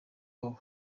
baho